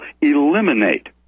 eliminate